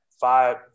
five